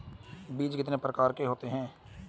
बीज कितने प्रकार के होते हैं?